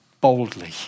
boldly